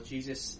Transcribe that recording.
Jesus